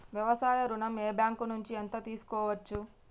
వ్యవసాయ ఋణం ఏ బ్యాంక్ నుంచి ఎంత తీసుకోవచ్చు?